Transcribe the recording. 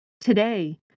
Today